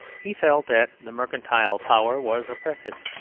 he felt that the mercantile power was oppressive,